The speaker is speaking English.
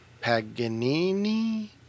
Paganini